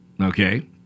okay